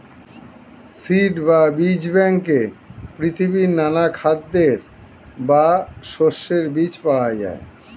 seed বা বীজ ব্যাংকে পৃথিবীর নানা খাদ্যের বা শস্যের বীজ পাওয়া যায়